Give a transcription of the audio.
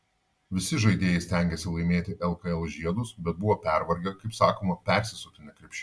visi žaidėjai stengėsi laimėti lkl žiedus bet buvo pervargę kaip sakoma persisotinę krepšiniu